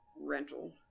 rental